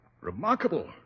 Remarkable